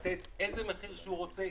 לתת איזה מחיר שהוא רוצה,